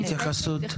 התייחסות.